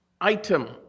item